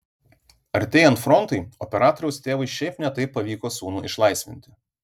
artėjant frontui operatoriaus tėvui šiaip ne taip pavyko sūnų išlaisvinti